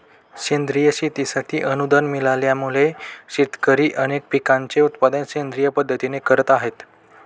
सेंद्रिय शेतीसाठी अनुदान मिळाल्यामुळे, शेतकरी अनेक पिकांचे उत्पादन सेंद्रिय पद्धतीने करत आहेत